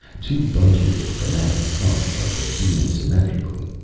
two bunches of bananas hung from the beam symmetrically,